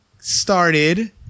Started